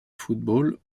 football